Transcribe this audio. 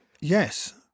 Yes